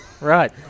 right